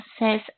says